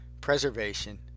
preservation